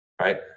right